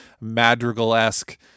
madrigal-esque